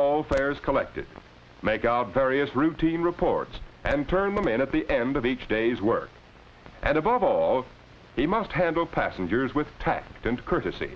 all fares collected make out various routine reports and turn them in at the end of each day's work and above all he must handle passengers with tact and courtesy